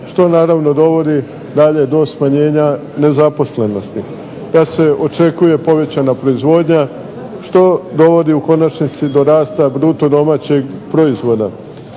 što naravno dovodi dalje do smanjenja nezaposlenosti. Da se očekuje povećana proizvodnja što dovodi u konačnici do rasta BDP-a. Da